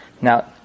Now